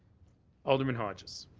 alderman hodges.